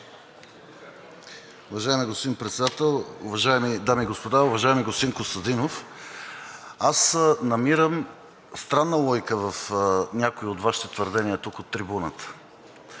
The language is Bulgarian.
Уважаеми господин Председател, уважаеми дами и господа! Уважаеми господин Костадинов, аз намирам, странна логика в някои от Вашите твърдения тук, от трибуната.